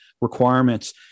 requirements